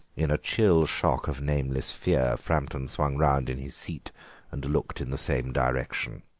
in a chill shock of nameless fear framton swung round in his seat and looked in the same direction.